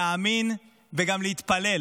להאמין וגם להתפלל